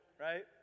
right